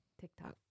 TikTok